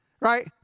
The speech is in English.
right